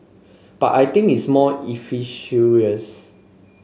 but I think it's more efficacious